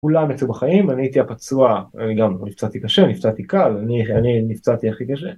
‫כולם יצאו בחיים ואני הייתי הפצוע, ‫גם, לא נפצעתי קשה, נפצעתי קל, ‫אני נפצעתי הכי קשה.